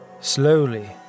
Slowly